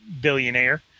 billionaire